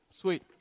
Sweet